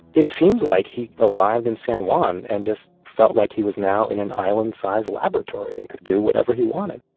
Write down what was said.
it seems like he arrived in san juan and just felt like he was now in an island-sized laboratory and could do whatever he wanted.